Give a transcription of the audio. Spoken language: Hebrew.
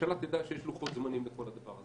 הממשלה תדע שיש לוחות-זמנים לכל הדבר הזה,